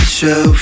show